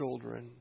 children